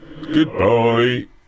Goodbye